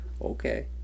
Okay